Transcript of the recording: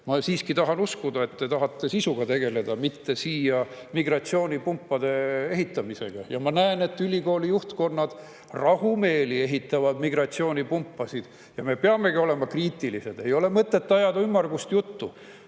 Ma siiski tahan uskuda, et te tahate sisuga tegeleda, mitte siia migratsioonipumpade ehitamisega. Ja ma näen, et ülikooli juhtkonnad rahumeeli ehitavad migratsioonipumpasid. Me peamegi olema kriitilised. Ei ole mõtet ajada ümmargust juttu!